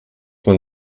man